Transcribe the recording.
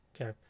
okay